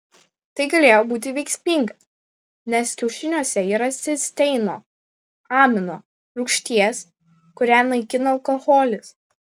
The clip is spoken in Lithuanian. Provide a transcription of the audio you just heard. tai galėjo būti veiksminga nes kiaušiniuose yra cisteino amino rūgšties kurią naikina alkoholis